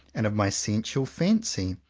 and of my sensual fancy.